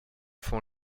font